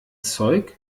zeug